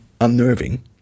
unnerving